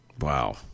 Wow